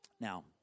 Now